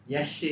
Yes